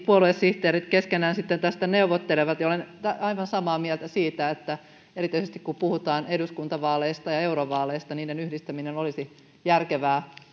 puoluesihteerit keskenään sitten tästä neuvottelevat olen aivan samaa mieltä siitä että erityisesti kun puhutaan eduskuntavaaleista ja eurovaaleista niiden yhdistäminen olisi järkevää